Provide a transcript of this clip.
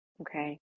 Okay